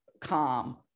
calm